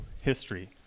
history